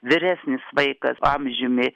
vyresnis vaikas amžiumi